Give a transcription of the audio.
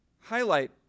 highlight